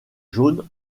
jaune